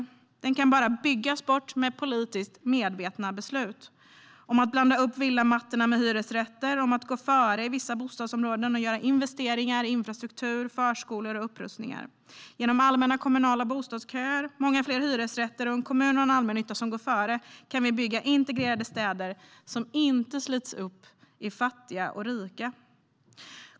Segregationen kan bara byggas bort med politiskt medvetna beslut om att blanda upp villamattorna med hyresrätter och om att gå före i vissa bostadsområden och göra investeringar i infrastruktur, förskolor och upprustningar. Genom allmänna kommunala bostadsköer, många fler hyresrätter och en kommun och en allmännytta som går före kan vi bygga integrerade städer som inte slits upp i fattiga och rika.